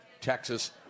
Texas